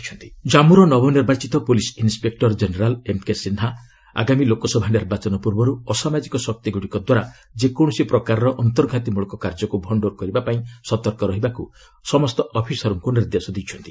IGP Jammu LOC ଜାମ୍ମୁର ନବନିର୍ବାଚିତ police inspector general M K Sinha ଆଗାମୀ ଲୋକସଭା ନିର୍ବାଚନ ପୂର୍ବରୁ ଅସାମାଜିକ ଶକ୍ତିଗୁଡ଼ିକ ଦ୍ୱାରା ଯେକୌଣସି ପ୍ରକାରର ଅନ୍ତର୍ଘାତୀମୂଳକ କାର୍ଯ୍ୟକୁ ଭଣ୍ଡୁର କରିବା ପାଇଁ ସତର୍କ ରହିବାକୁ ସମସ୍ତ ଅଫିସରଙ୍କୁ ନିର୍ଦ୍ଦେଶ ଦେଇଛନ୍ତି